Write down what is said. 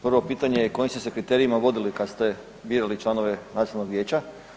Prvo pitanje je kojim ste se kriterijima vodili kad se birali članove Nacionalnog vijeća?